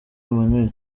emmanuel